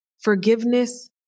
Forgiveness